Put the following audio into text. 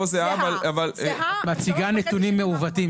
את מציגה נתונים מעוותים.